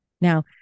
Now